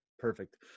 Perfect